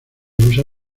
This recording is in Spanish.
usa